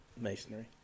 masonry